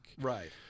Right